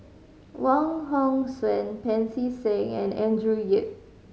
Wong Hong Suen Pancy Seng and Andrew Yip